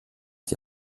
die